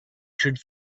should